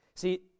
See